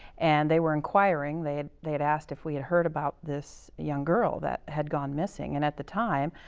and they were inquiring, they had they had asked if we had heard about this young girl that had gone missing. and at the time,